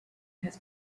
his